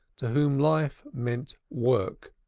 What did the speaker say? to whom life meant work,